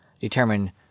determine